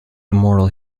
immortal